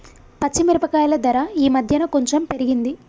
పచ్చి మిరపకాయల ధర ఈ మధ్యన కొంచెం పెరిగింది